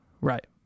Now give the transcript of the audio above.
Right